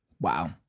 Wow